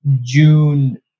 June